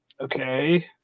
okay